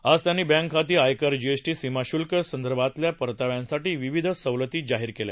आज त्यांनी बँक खाती आयकर जीएसटी सीमाश्ल्क संदर्भातल्या परताव्यांसाठी विविध सवलती जाहीर केल्या